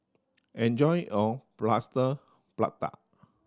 enjoy your Plaster Prata